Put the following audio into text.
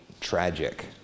tragic